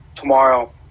Tomorrow